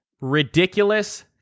ridiculous